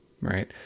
right